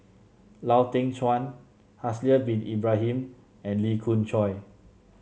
Lau Teng Chuan Haslir Bin Ibrahim and Lee Khoon Choy